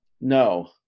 No